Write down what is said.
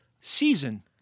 Season